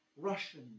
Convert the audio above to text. Russian